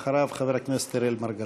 אחריו, חבר הכנסת אראל מרגלית.